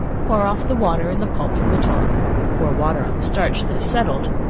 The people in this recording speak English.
pour off the water and the pulp from the top pour water on the starch that has settled,